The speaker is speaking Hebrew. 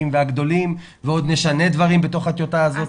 והגדולים ועוד נשנה דברים בתוך הטיוטה הזאת.